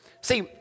See